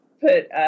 put